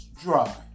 Dry